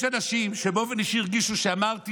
יש אנשים שבאופן אישי הרגישו שאמרתי